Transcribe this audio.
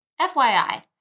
FYI